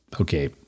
okay